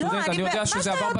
אני יודע שזה עבר בתפוצה --- לא,